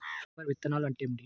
Super విత్తనాలు అంటే ఏమిటి?